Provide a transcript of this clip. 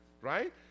Right